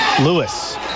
Lewis